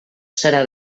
serà